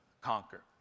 conquer